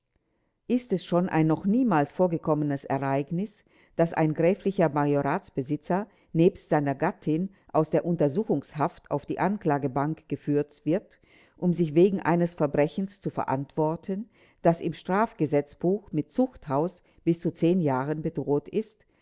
ist es schon ein noch niemals vorgekommenes ereignis daß ein gräflicher majoratsbesitzer nebst seiner gattin aus der untersuchungshaft auf die anklagebank geführt wird um sich wegen eines verbrechens zu verantworten das im strafgesetzbuch mit zuchthaus bis zu zehn jahren bedroht ist